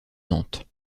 nantes